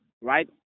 right